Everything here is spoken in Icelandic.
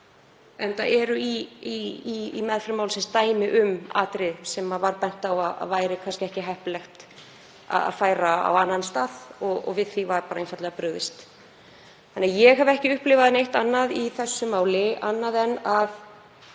Það eru í meðferð málsins dæmi um atriði sem var bent á að væri kannski ekki heppilegt að færa á annan stað og við því var einfaldlega brugðist. Þannig að ég hef ekki upplifað neitt annað í þessu máli annað en að